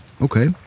Okay